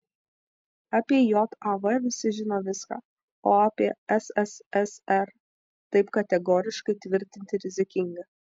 apie jav visi žino viską o apie sssr taip kategoriškai tvirtinti rizikinga